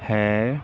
ਹੈ